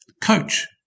coach